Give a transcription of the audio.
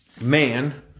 man